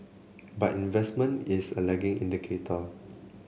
but investment is a lagging indicator